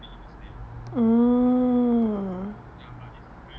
mm